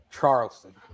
Charleston